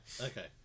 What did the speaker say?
Okay